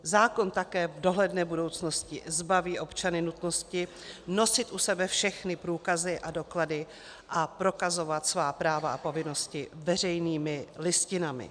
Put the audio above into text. Zákon také v dohledné budoucnosti zbaví občany nutnosti nosit u sebe všechny průkazy a doklady a prokazovat svá práva a povinnosti veřejnými listinami.